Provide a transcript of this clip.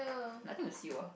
nothing to see what